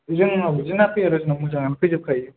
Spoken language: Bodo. जोंनाव बिदि ना फैया र' मोजाङानो फैजोबखायो